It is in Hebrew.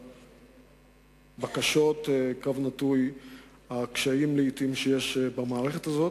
לבקשות ולקשיים, לעתים, שיש במערכת הזאת.